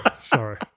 sorry